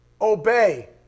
Obey